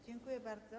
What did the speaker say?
Dziękuję bardzo.